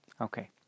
Okay